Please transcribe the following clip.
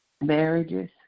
marriages